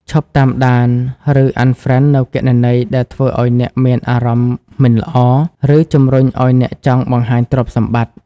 ឈប់តាមដាន ឬ Unfriend នូវគណនីដែលធ្វើឱ្យអ្នកមានអារម្មណ៍មិនល្អ ឬជំរុញឱ្យអ្នកចង់បង្ហាញទ្រព្យសម្បត្តិ។